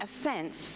offense